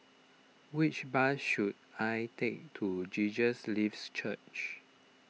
which bus should I take to Jesus Lives Church